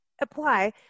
Apply